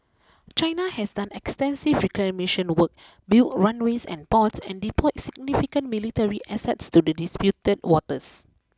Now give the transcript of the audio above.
China has done extensive reclamation work built runways and ports and deployed significant military assets to the disputed waters